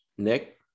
Nick